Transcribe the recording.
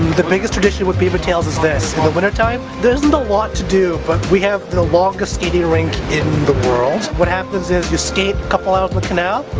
the biggest tradition with beaver tails is this in the winter time there isn't a lot to do but we have the longest skating rink in the world. what happens you skate couple hours in the canal.